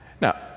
Now